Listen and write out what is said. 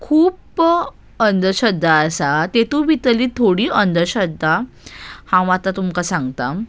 खूब अंधश्रद्धा आसा तातूंत भितरली थोडी अंधश्रद्धा हांव आतां तुमकां सांगता